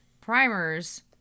Primers